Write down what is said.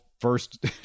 First